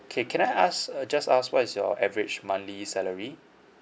okay can I ask uh just ask what is your average monthly salary